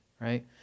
right